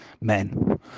men